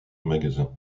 magasin